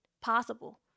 possible